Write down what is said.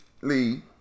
Lee